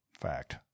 Fact